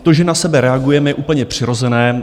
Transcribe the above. To, že na sebe reagujeme, je úplně přirozené.